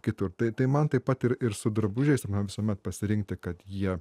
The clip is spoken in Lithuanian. kitur tai tai man taip pat ir ir su drabužiais man visuomet pasirinkti kad jie